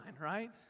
right